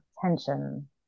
tension